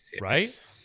Right